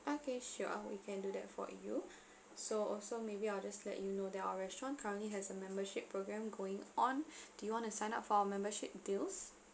okay sure we can do that for you so also maybe I'll just let you know that our restaurant currently has a membership program going on do you want to sign up for our membership deals